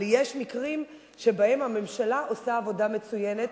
אבל יש מקרים שבהם הממשלה עושה עבודה מצוינת.